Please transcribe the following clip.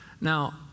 Now